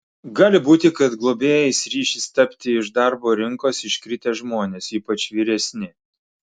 gali būti kad globėjais ryšis tapti iš darbo rinkos iškritę žmonės ypač vyresni